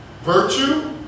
Virtue